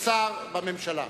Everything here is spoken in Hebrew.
כשר בממשלה.